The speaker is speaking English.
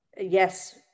Yes